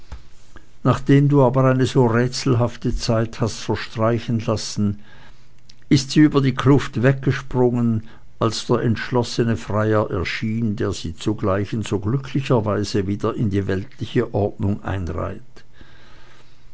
nachdem du aber eine so rätselhafte zeit hast verstreichen lassen ist sie über diese kluft weggesprungen als der entschlossene freier erschien der sie zugleich in so glücklicher weise wieder in die weltliche ordnung einreibt